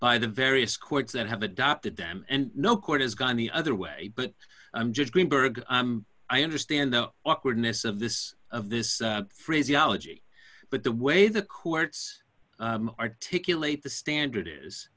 by the various courts that have adopted them and no court has gone the other way but i'm just greenberg i understand though awkwardness of this of this phrase yalit but the way the courts articulate the standard is